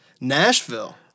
Nashville